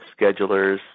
schedulers